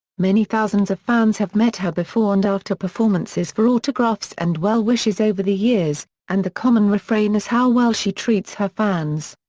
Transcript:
many thousands of fans have met her before and after performances for autographs and well wishes over the years, and the common refrain is how well she treats her fans.